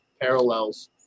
parallels